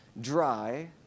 dry